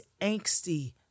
angsty